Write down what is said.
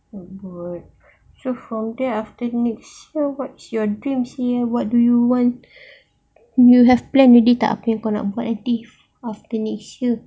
mm so from there after next year what's your dream sia what do you want you have plan already tak apa kau nak buat nanti after this year